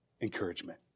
encouragement